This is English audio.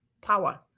power